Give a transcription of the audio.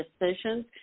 decisions